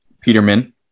Peterman